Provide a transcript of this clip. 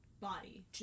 body